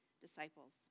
disciples